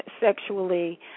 sexually